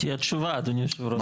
עזבו רגע את